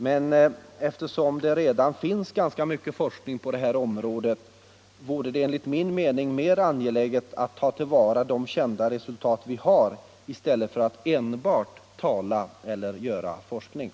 Men eftersom det redan finns ganska mycket forskning på detta område vore det enligt min mening mer angeläget att ta till vara de kända resultat som vi har i stället för att enbart tala om eller bedriva forskning.